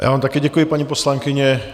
Já vám také děkuji, paní poslankyně.